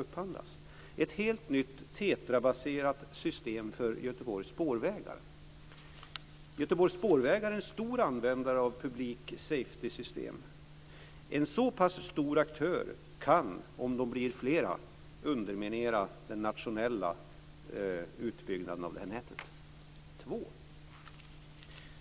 upphandlas det nu ett helt nytt Göteborgs Spårvägar är en stor användare av public safety-system. Så pass stora aktörer kan, om de blir flera, underminera den nationella utbyggnaden av nätet.